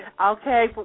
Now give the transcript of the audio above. Okay